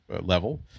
level